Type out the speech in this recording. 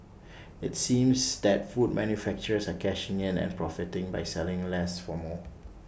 IT seems that food manufacturers are cashing in and profiting by selling less for more